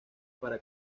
para